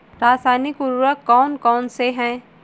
रासायनिक उर्वरक कौन कौनसे हैं?